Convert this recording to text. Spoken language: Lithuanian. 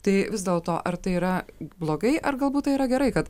tai vis dėl to ar tai yra blogai ar galbūt tai yra gerai kad